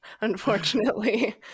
unfortunately